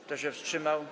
Kto się wstrzymał?